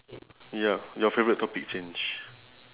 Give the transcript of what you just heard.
ya your favourite topic change